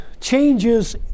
changes